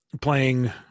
Playing